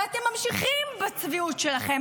ואתם ממשיכים בצביעות שלכם.